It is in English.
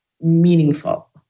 meaningful